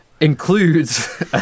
Includes